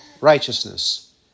righteousness